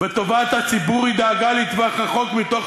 וטובת הציבור היא דאגה לטווח הארוך מתוך